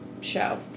show